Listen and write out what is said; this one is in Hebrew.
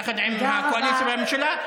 יחד עם כל נציגי הממשלה,